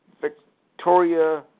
Victoria